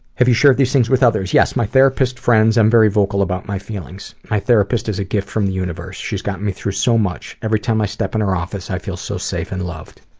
have you shared these things with others? yes, my therapist, friends, and very vocal about my feelings. my therapist is a gift from the universe. she's gotten me through so much. every time i step in her office, i feel so safe and loved.